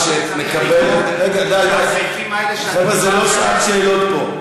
הסעיפים האלה, זו לא שעת שאלות פה.